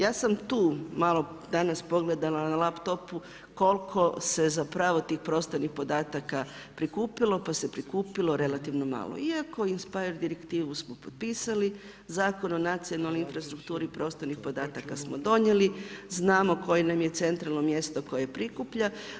Ja sam tu malo danas pogledala na laptopu koliko se zapravo ti prostorni podataka prikupilo, pa se prikupilo relativno malo iako je … direktivu smo potpisali, Zakon o nacionalnoj infrastrukturnih podataka smo donijeli, znamo koje nam je centralno mjesto koje prikuplja.